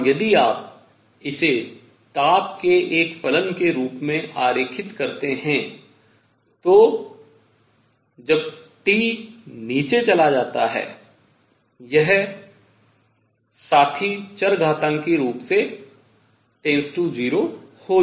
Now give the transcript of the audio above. और यदि आप इसे ताप के एक फलन के रूप में आरेखित करते हैं तो जब T नीचे चला जाता है यह साथी चरघातांकी रूप से → 0 हो जाता है